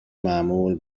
معمول